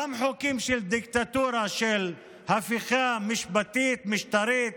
גם חוקים של דיקטטורה, של הפיכה משפטית, משטרית,